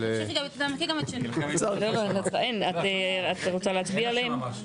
אבל --- את רוצה להצביע עליהם?